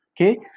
Okay